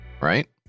right